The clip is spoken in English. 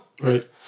Right